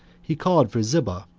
he called for ziba,